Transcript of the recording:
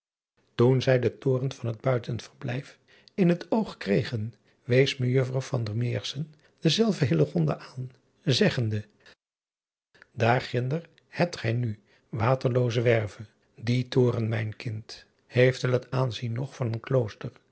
oen zij den toren van het buitenverblijf in het oog kregen wees ejuffrouw denzelven aan zeggende aar ginder hebt gij nu aterloozewerve ie toren mijn kind heeft wel het aanzien nog van een